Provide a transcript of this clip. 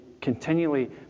continually